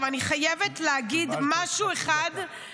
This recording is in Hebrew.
אבל אני חייבת להגיד משהו אחד --- קיבלת עוד חצי דקה.